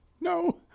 no